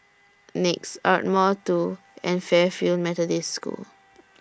Nex Ardmore two and Fairfield Methodist School